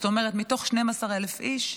זאת אומרת מתוך 12,000 איש,